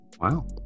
Wow